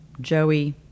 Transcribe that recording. Joey